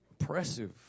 Impressive